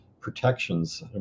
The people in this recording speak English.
protections